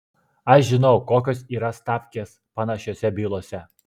aš žinau kokios yra stavkės panašiose bylose